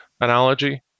analogy